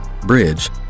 bridge